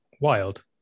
wild